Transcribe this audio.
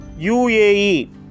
UAE